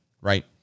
right